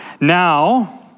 Now